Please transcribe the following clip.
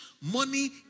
money